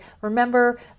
Remember